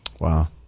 Wow